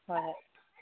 ꯍꯣꯏ ꯍꯣꯏ